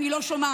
אני לא שומעת.